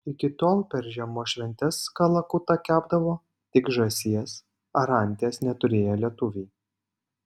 iki tol per žiemos šventes kalakutą kepdavo tik žąsies ar anties neturėję lietuviai